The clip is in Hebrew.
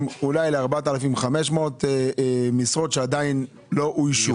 אולי ל-4,500 משרות שעדיין לא אוישו.